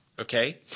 Okay